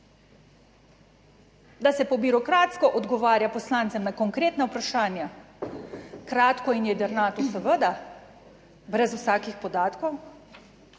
da se po birokratsko odgovarja poslancem na konkretna vprašanja, kratko in jedrnato, seveda brez vsakih podatkov.